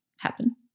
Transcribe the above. happen